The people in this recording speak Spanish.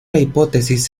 hipótesis